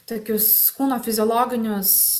tokius kūno fiziologinius